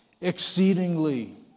exceedingly